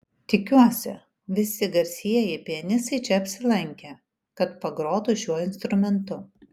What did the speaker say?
tikiuosi visi garsieji pianistai čia apsilankė kad pagrotų šiuo instrumentu